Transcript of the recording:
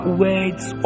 words